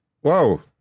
Whoa